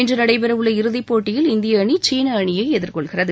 இன்று நடைபெற உள்ள இறுதிப் போட்டியில் இந்திய அணி சீன அணியை எதிர்கொள்கிறது